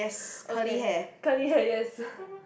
okay curly hair yes